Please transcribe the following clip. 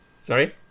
Sorry